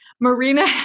Marina